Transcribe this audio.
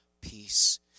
peace